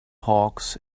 hawks